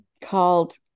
called